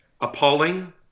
appalling